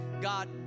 God